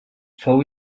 fou